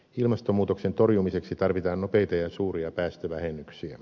ilmastonmuutoksen torjumiseksi tarvitaan nopeita ja suuria päästövähennyksiä